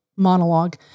Monologue